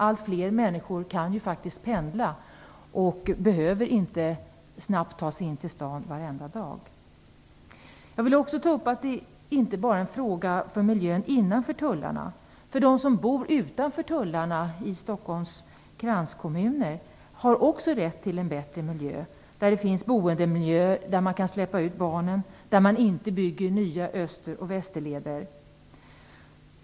Allt fler människor kan ju faktiskt pendla och behöver inte snabbt ta sig in till stan varenda dag. Jag vill också ta upp att detta inte bara är en fråga för miljön innanför tullarna. De som bor utanför tullarna i Stockholms kranskommuner har också rätt till en bättre miljö - boendemiljöer där man kan släppa ut barnen och där man inte bygger öster och västerleder.